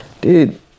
dude